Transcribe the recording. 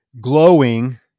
glowing